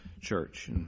church